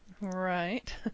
Right